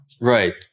Right